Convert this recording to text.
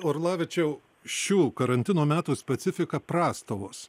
orlavičiau šių karantino metų specifika prastovos